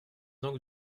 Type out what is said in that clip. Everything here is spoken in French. donc